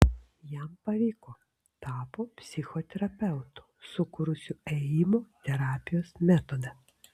jam pavyko tapo psichoterapeutu sukūrusiu ėjimo terapijos metodą